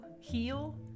heal